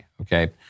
okay